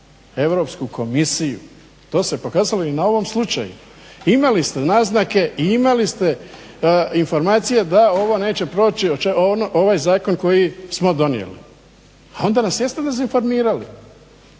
Europsku komisiju, to se pokazalo i na ovome slučaju. Imali ste naznake i imali ste informacije da ovo neće proći, ovaj zakon koji smo donijeli, a onda nas jeste dezinformirali,